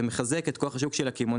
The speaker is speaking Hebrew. זה מחזק את כוח השוק של הקמעונאי.